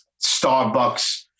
Starbucks